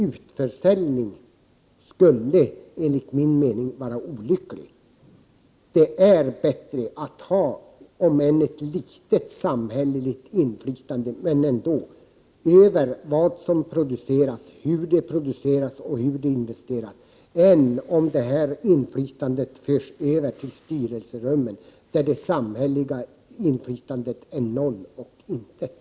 Utförsäljning skulle enligt min mening vara olycklig. Det är bättre att ha om än ett litet samhälleligt inflytande över vad som produceras, hur det produceras och hur det investeras än att inflytandet förs över till styrelserummen, där det samhälleliga inflytandet är noll och intet.